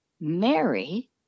Mary